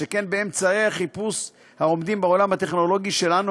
שכן באמצעי החיפוש העומדים בעולם הטכנולוגי שלנו,